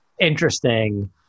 interesting